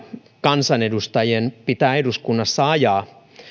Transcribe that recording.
kansanedustajien pitää eduskunnassa ajaa